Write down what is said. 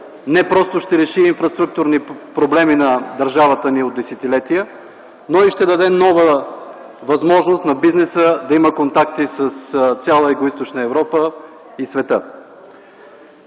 не просто ще реши инфраструктурни проблеми ни държавата ни от десетилетия, но и ще даде нова възможност на бизнеса да има контакти с цяла Югоизточна Европа и света.